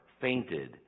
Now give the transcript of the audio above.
fainted